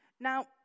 Now